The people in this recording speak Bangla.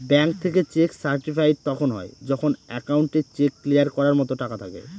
ব্যাঙ্ক থেকে চেক সার্টিফাইড তখন হয় যখন একাউন্টে চেক ক্লিয়ার করার মতো টাকা থাকে